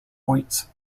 points